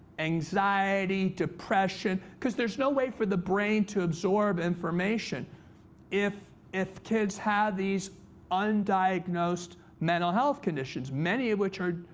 anxiety, depression? because there's no way for the brain to absorb information if if kids have these undiagnosed mental health conditions, many of which are,